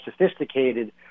sophisticated